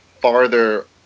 farther